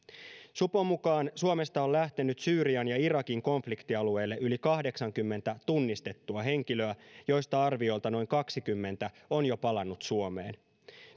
supon mukaan suomesta on lähtenyt syyrian ja irakin konfliktialueille yli kahdeksankymmentä tunnistettua henkilöä joista arviolta noin kaksikymmentä on jo palannut suomeen